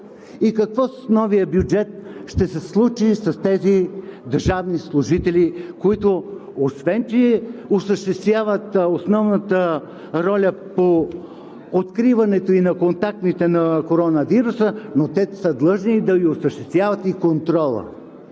и с новия бюджет какво ще се случи с тези държавни служители, които освен че осъществяват основната роля по откриването и на контактните на коронавируса, но те са длъжни да осъществяват и контрола?